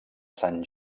saint